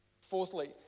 Fourthly